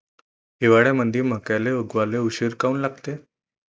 हिवाळ्यामंदी मक्याले उगवाले उशीर काऊन लागते?